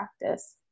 practice